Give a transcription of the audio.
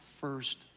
first